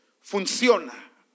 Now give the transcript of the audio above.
Funciona